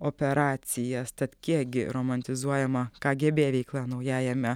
operacijas tad kiekgi romantizuojama kgb veikla naujajame